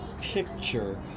picture